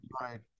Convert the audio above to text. Right